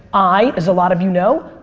i, as a lot of you know,